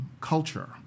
culture